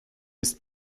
ist